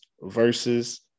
versus